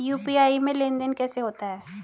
UPI में लेनदेन कैसे होता है?